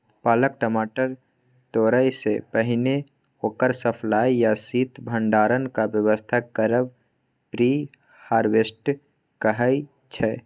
पाकल टमाटर तोरयसँ पहिने ओकर सप्लाई या शीत भंडारणक बेबस्था करब प्री हारवेस्ट कहाइ छै